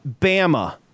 Bama